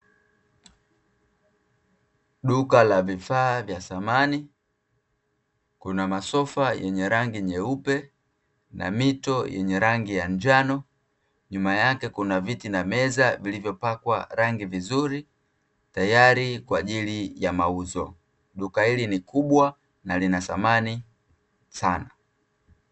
Duka la vifaa vya samani. Kuna masofa yenye rangi nyeupe na mito yenye rangi ya njano. Nyuma yake kuna viti na meza vilivyopakwa rangi vizuri tayari kwa ajili ya mauzo. Duka hili ni kubwa na lina samani sana.